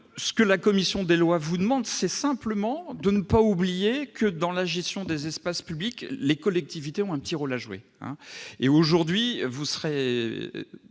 Ce que la commission des lois vous demande, c'est simplement de ne pas oublier que, dans la gestion des espaces publics, les collectivités territoriales ont un petit rôle à jouer ... Le moment venu, vous serez